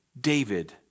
David